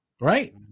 Right